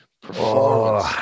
performance